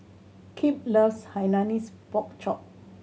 Kip loves Hainanese Pork Chop